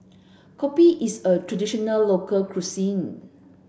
Kopi is a traditional local cuisine